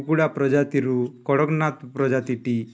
କୁକୁଡ଼ା ପ୍ରଜାତି ରୁ କଡ଼କନାଥ ପ୍ରଜାତିଟି